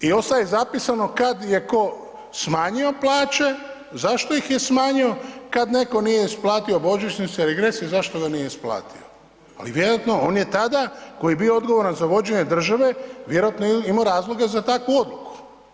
I ostaje zapisano kad je ko smanjio plaće, zašto ih je smanjio, kad netko nije isplatio božićnice, regrese, zašto ga nije isplatio ali vjerojatno on je tada koji je bio odgovoran za vođenje države, vjerojatno je imao razloge za takvu odluku.